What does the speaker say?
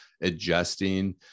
adjusting